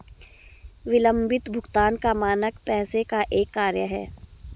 विलम्बित भुगतान का मानक पैसे का एक कार्य है